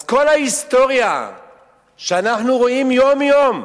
אז כל ההיסטוריה שאנחנו רואים יום-יום,